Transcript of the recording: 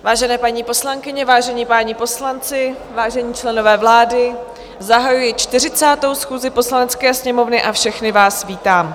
Vážené paní poslankyně, vážení páni poslanci, vážení členové vlády, zahajuji 40. schůzi Poslanecké sněmovny a všechny vás vítám.